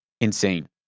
Insane